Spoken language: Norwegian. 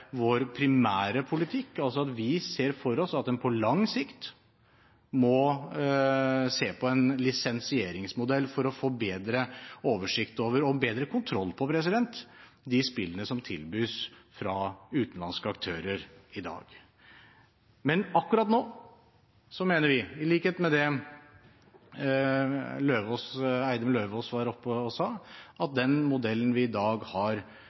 vår primære politikk, altså at vi ser for oss at en på lang sikt må se på en lisensieringsmodell for å få bedre oversikt over og bedre kontroll på de spillene som tilbys fra utenlandske aktører i dag. Men akkurat nå mener vi, i likhet med Eidem Løvaas, det han var oppe og sa, at den modellen vi har i dag